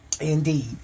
Indeed